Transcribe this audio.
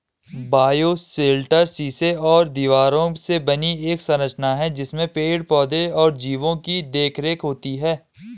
bioshelter शीशे और दीवारों से बनी एक संरचना है जिसमें पेड़ पौधे और जीवो की देखरेख होती है